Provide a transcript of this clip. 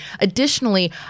Additionally